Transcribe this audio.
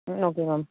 ம் okay ma'am